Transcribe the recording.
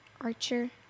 Archer